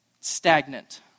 stagnant